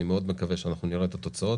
אני מאוד מקווה שאנחנו נראה את התוצאות.